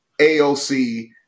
AOC